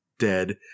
dead